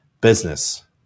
business